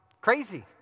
Crazy